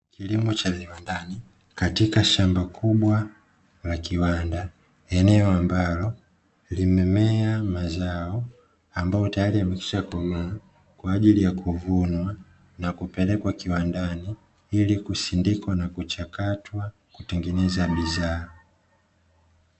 Kilimo cha viwandani katika shamba kubwa la kiwanda, eneo ambalo limemea mazao ambayo tayari yameshakomaa kwa ajili ya kuvunwa na kupelekwa kiwandani ili kusindikwa na kuchakatwa ili kutengeneza bidhaa.